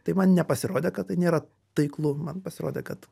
tai man nepasirodė kad tai nėra taiklu man pasirodė kad